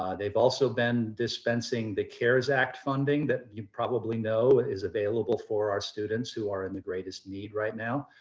they have also been dispensing the cares act funding that you probably know is available for our students who are in the greatest need right now.